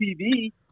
TV